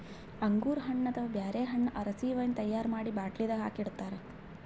ಅಂಗೂರ್ ಹಣ್ಣ್ ಅಥವಾ ಬ್ಯಾರೆ ಹಣ್ಣ್ ಆರಸಿ ವೈನ್ ತೈಯಾರ್ ಮಾಡಿ ಬಾಟ್ಲಿದಾಗ್ ಹಾಕಿ ಇಡ್ತಾರ